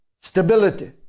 stability